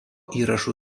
įrašų